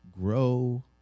grow